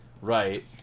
Right